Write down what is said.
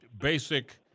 basic